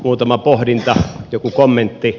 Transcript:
muutama pohdinta joku kommentti